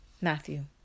Matthew